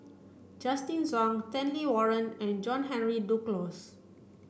Justin Zhuang Stanley Warren and John Henry Duclos